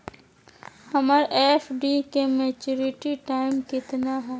हमर एफ.डी के maturity time कितना है?